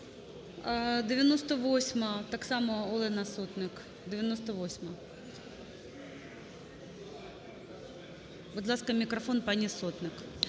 98-а, так само Олена Сотник. 98-а. Будь ласка, мікрофон пані Сотник.